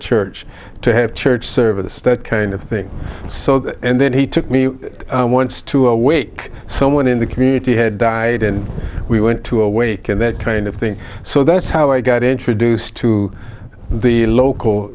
church to have church service that kind of thing so and then he took me once to a wake someone in the community had died and we went to a wake and that kind of thing so that's how i got introduced to the local